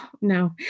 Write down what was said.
no